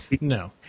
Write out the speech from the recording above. No